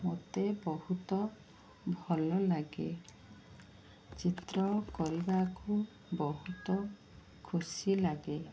ମୋତେ ବହୁତ ଭଲଲାଗେ ଚିତ୍ର କରିବାକୁ ବହୁତ ଖୁସି ଲାଗେ